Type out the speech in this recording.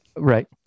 right